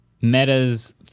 Meta's